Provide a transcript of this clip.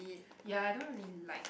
ya I don't really like